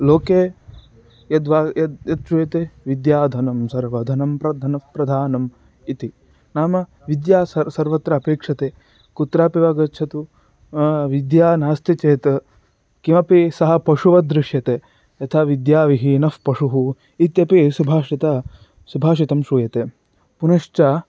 लोके यद्वा यद् यद् श्रूयते विद्याधनं सर्वधनं प्रधनःप्रधानम् इति नाम विद्या सर्वा सर्वत्र अपेक्ष्यते कुत्रापि वा गच्छतु विद्या नास्ति चेत् कोऽपि सः पशुवत् दृश्यते यथा विद्याविहीनःपशुः इत्यपि सुभाषितं सुभाषितं श्रूयते पुनश्च